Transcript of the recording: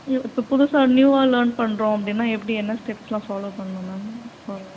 new இப்போ புதுசாக நியூவாக லேர்ன் பண்ணுறோம் அப்படின்னா எப்படி என்ன ஸ்டெப்ஸுலாம் ஃபாலோ பண்ணணும் மேம்